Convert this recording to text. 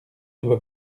doit